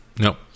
No